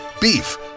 Beef